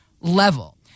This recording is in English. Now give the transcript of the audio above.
level